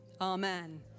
Amen